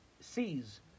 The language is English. sees